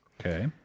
Okay